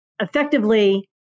effectively